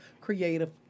creative